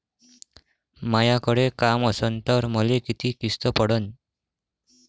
मायाकडे काम असन तर मले किती किस्त पडन?